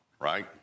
right